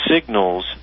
signals